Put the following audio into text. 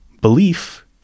belief